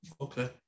okay